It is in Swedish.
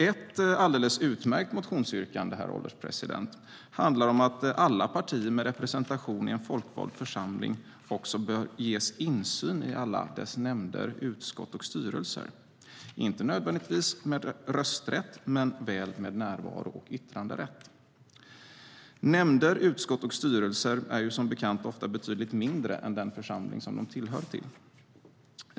Ett alldeles utmärkt motionsyrkande, herr ålderspresident, handlar om att alla partier med representation i en folkvald församling också bör ges insyn i alla dess nämnder, utskott och styrelser, inte nödvändigtvis med rösträtt men väl med närvaro och yttranderätt. Nämnder, utskott och styrelser är som bekant ofta betydligt mindre än den församling de tillhör.